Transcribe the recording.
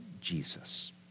Jesus